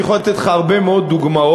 אני יכול לתת לך הרבה מאוד דוגמאות.